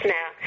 Now